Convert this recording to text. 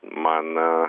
man aa